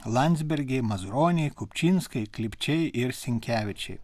landsbergiai mazuroniai kupčinskai klipčiai ir sinkevičiai